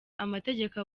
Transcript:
amategeko